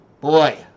Boy